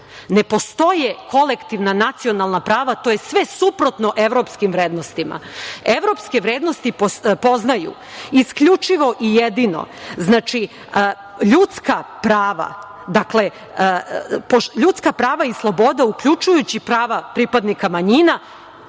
Ne postoje kolektivna nacionalna prava, to je sve suprotno evropskim vrednostima. Evropske vrednosti poznaju isključivo i jedino ljudska prava, dakle ljudska prava i slobode uključujući prava pripadnika manjina,